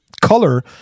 Color